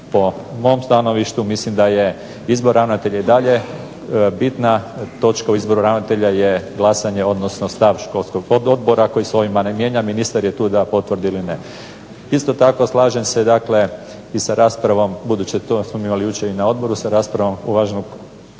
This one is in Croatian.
po mom stanovištu mislim da je izbor ravnatelja i dalje bitna točka u izboru ravnatelja je glasanje, odnosno stav školskog odbora koji se ovime ne mijenja. Ministar je tu da potvrdi ili ne. Isto tako slažem se dakle i sa raspravom, budući to smo imali jučer i na odboru, sa raspravom uvaženog kolege.